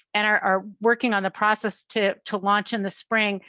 and are working on the process to to launch in the spring,